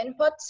inputs